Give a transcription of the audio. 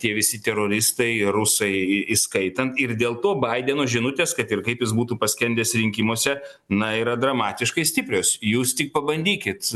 tie visi teroristai rusai įskaitant ir dėl to baideno žinutės kad ir kaip jis būtų paskendęs rinkimuose na yra dramatiškai stiprios jūs tik pabandykit